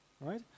right